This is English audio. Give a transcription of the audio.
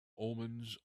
omens